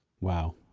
Wow